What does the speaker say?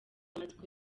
amatsiko